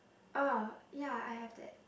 ah ya I have that